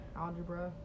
algebra